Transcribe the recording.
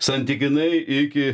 santykinai iki